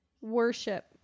worship